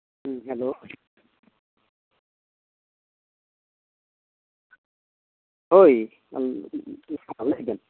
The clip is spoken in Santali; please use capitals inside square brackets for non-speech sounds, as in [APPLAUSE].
ᱦᱩᱸ ᱦᱮᱞᱳ ᱦᱳᱭ [UNINTELLIGIBLE] ᱞᱟᱹᱭ ᱵᱮᱱ